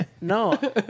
No